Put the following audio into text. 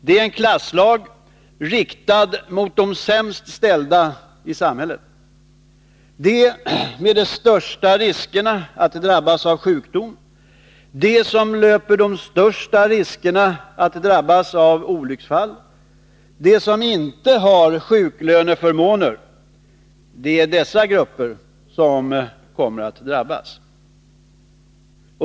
Det är en klasslag, riktad mot de sämst ställda i samhället — de med de största riskerna att drabbas av sjukdom, de som löper de största riskerna att drabbas av olycksfall, de som inte har sjuklöneförmåner. Det är dessa grupper som kommer att drabbas.